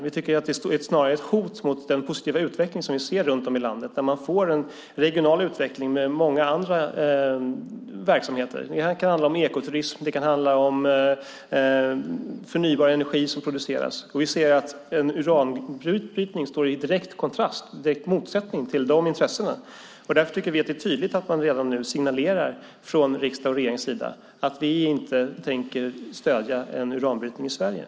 Vi tycker att det snarare är ett hot mot den positiva utveckling som vi ser runt om i landet, en regional utveckling med många andra verksamheter. Det kan handla om ekoturism eller om produktion av förnybar energi. Vi anser att en uranbrytning står i direkt motsättning till dessa intressen. Därför tycker vi att riksdag och regering redan nu tydligt ska signalera att vi inte tänker stödja en uranbrytning i Sverige.